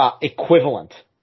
equivalent